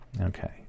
Okay